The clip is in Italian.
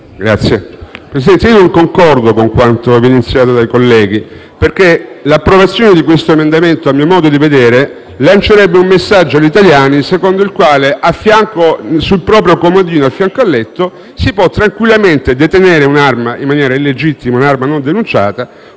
Signor Presidente, non concordo con quanto evidenziato dai colleghi, perché l'approvazione di questo emendamento, a mio modo di vedere, lancerebbe un messaggio agli italiani, secondo il quale sul proprio comodino, a fianco al letto, si possa tranquillamente detenere in maniera illegittima un'arma non denunciata,